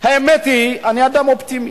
האמת היא, אני אדם אופטימי.